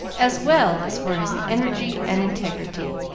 as well as for his energy and integrity.